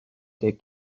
der